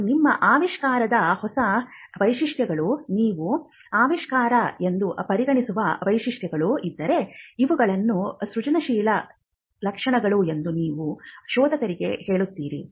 ಮತ್ತು ನಿಮ್ಮ ಆವಿಷ್ಕಾರದ ಹೊಸ ವೈಶಿಷ್ಟ್ಯಗಳು ನೀವು ಆವಿಷ್ಕಾರ ಎಂದು ಪರಿಗಣಿಸುವ ವೈಶಿಷ್ಟ್ಯಗಳು ಇದ್ದರೆ ಇವುಗಳು ಸೃಜನಶೀಲ ಲಕ್ಷಣಗಳು ಎಂದು ನೀವು ಶೋಧಕರಿಗೆ ಹೇಳುತ್ತೀರಿ